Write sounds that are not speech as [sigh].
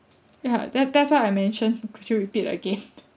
ya that that's why I mentioned [laughs] could you repeat again [laughs]